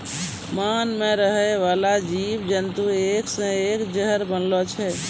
मान मे रहै बाला जिव जन्तु के एक से एक जहर बनलो छै